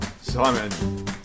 Simon